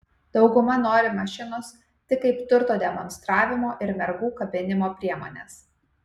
dauguma nori mašinos tik kaip turto demonstravimo ir mergų kabinimo priemonės